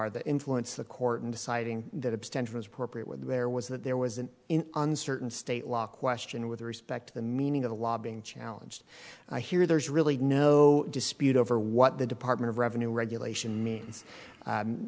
are the influence the court in deciding that abstention was appropriate where there was that there was an uncertain state law question with respect to the meaning of the law being challenged i hear there's really no dispute over what the department of revenue regulation me